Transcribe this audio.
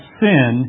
sin